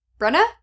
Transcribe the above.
Brenna